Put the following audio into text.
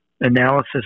analysis